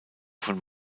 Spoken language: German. von